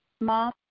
Mom